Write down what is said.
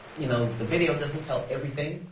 you know, the video doesn't tell everything,